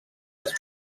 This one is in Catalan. els